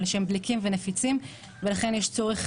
אבל שהם דליקים ונפיצים ולכן יש צורך